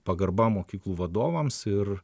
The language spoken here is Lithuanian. pagarba mokyklų vadovams ir